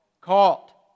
caught